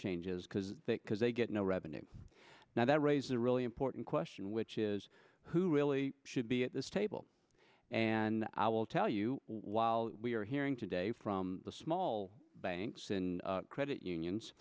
interchange is because because they get no revenue now that raises a really important question which is who really should be at this table and i will tell you while we are hearing today from the small banks and credit unions